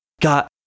Got